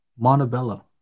Montebello